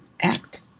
act